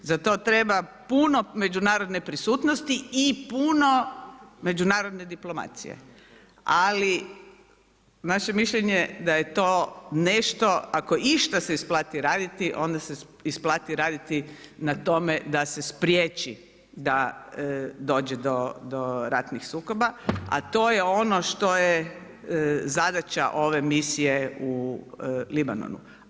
Za to treba puno međunarodne prisutnosti i puno međunarodne diplomacije, ali naše je mišljenje da je to nešto ako išta se isplati raditi, onda se isplati raditi na tome da se spriječi da dođe do ratnih sukoba, a to je ono što je zadaća ove misije u Libanonu.